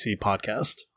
podcast